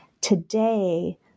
today